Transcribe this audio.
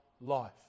life